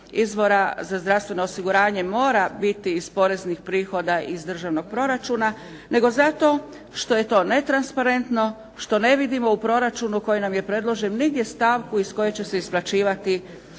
izvora za zdravstveno osiguranje mora biti iz poreznih prihoda i iz državnog proračuna nego zato što je to netransparentno, što ne vidimo u proračunu koji nam je predložen nigdje stavku iz koje će se isplaćivati